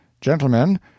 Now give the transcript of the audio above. Gentlemen